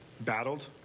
battled